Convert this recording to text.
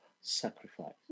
sacrifice